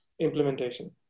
implementation